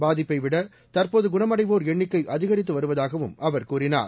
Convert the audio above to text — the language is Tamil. பாதிப்பைவிட தற்போது குணமடைவோர் எண்ணிக்கை அதிகரித்து வருவதாகவும் அவர் கூறினார்